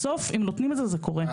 בסוף אם נותנים את זה זה קורה.